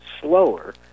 slower